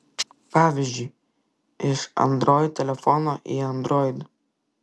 pavyzdžiui iš android telefono į android